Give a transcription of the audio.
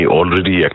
already